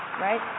right